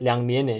两年 eh